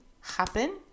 happen